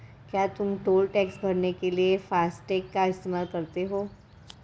क्या तुम toll tax भरने के लिए फासटेग का इस्तेमाल करते हो?